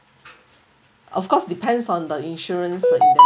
of course depends on the insurance